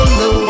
no